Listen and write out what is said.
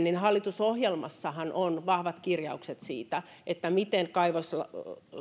hallitusohjelmassahan on vahvat kirjaukset siitä siitä miten